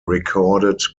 recorded